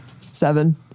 Seven